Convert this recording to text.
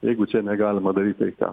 jeigu čia negalima daryt tai ką